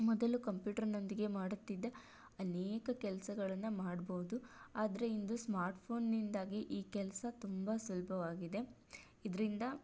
ಮೊದಲು ಕಂಪ್ಯೂಟರ್ನೊಂದಿಗೆ ಮಾಡುತಿದ್ದ ಅನೇಕ ಕೆಲಸಗಳನ್ನು ಮಾಡ್ಬೋದು ಆದರೆ ಇಂದು ಸ್ಮಾರ್ಟ್ಫೋನ್ನಿಂದಾಗಿ ಈ ಕೆಲಸ ತುಂಬ ಸುಲಭವಾಗಿದೆ ಇದರಿಂದ